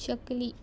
चकली